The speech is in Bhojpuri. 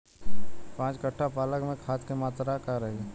पाँच कट्ठा पालक में खाद के मात्रा का रही?